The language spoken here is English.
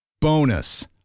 Bonus